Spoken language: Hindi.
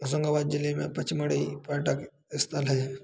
होशंगाबाद ज़िले में पचमढ़ी पर्यटन स्थल है